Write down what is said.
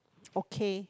okay